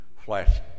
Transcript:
flesh